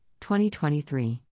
2023